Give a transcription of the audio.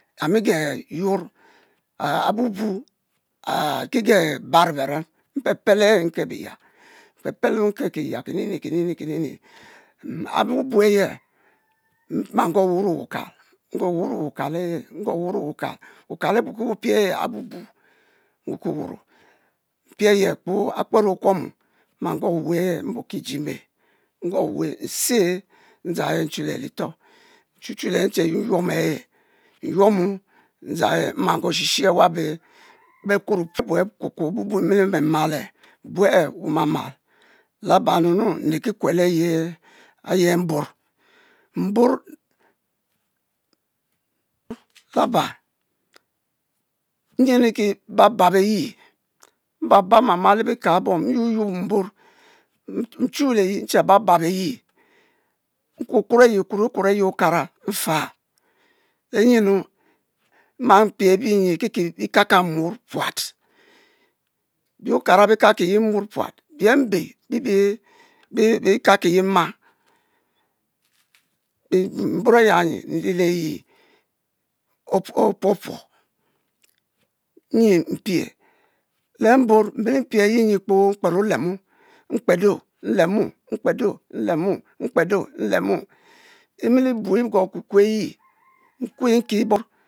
Ami ye yuor abubu ari ki ge bano beren, mpe pel nka biya, mpepel ehe nke-ki biya keni ni keni ni keni ni abubu aye nma goh wu'wuro wukal nwuno wuno wukal aye nguo wuno wukal, wukal, wukal abu ki epie ehe abubu, nwuro ki wuro, opie aye kpoo akpero okuomu nmma guo we-ehe mburki iji-eme, nguo we, iste ndzang ehe nchule litoh, nchuchu le, nche yuyuomu ehe, nyuomu ndzang ehe nmo go she-she weba be-kuro wumu e cocoa bu nmilimemale, bue-eh wu-ma'mal, labamu nu nri ki kue le ayi mbou mbou laba nyi nriki bàbab eyi mbabab, mmama le bika ebom, nyuop mbou, nchu leyi nche babab eyi nkukuor ayi ikuor ikuor ayi oka'ran'favlenyenu nmal pie ebi nyi kike e ka ka moun puat, bi-okara bi-kaki yemour puat, bie mbe, bibi bikakiye nmang mbor aya nyi, nri leyi opuopuo, nyi mpie, lembon mmilipie eyi kpoo, mkper olemo mkpedo ilemo mkpedo nlemo mkpedo nlemo, emilibu nquo kukue eyi nkue nki bom.